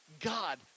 God